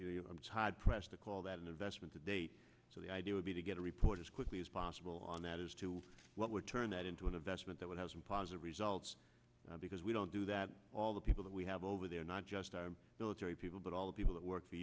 hard pressed to call that an investment to date so the idea would be to get a report as quickly as possible on that as to what would turn that into an investment that would have some positive results because we don't do that all the people that we have over there not just our military people but all the people that work for